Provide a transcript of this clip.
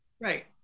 Right